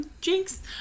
Jinx